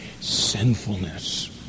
sinfulness